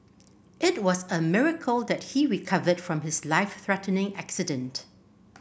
it was a miracle that he recovered from his life threatening accident